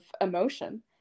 emotion